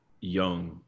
young